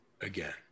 again